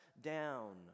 down